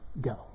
go